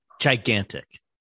gigantic